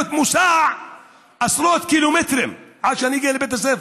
מוסע עשרות קילומטרים עד שאני אגיע לבית הספר.